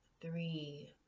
three